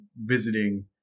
visiting